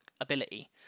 ability